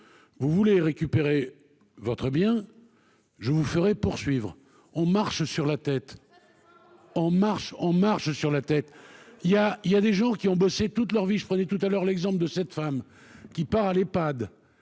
Vous voulez récupérer votre bien. Je vous ferais poursuivre on marche sur la tête. On marche, on marche sur la tête. Il y a il y a des jours qui ont bossé toute leur vie je prenais tout à l'heure l'exemple de cette femme qui part à l'Epad.